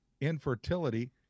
infertility